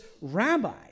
rabbi